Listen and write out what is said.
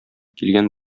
килгән